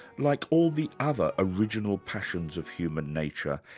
like all the other original passions of human nature,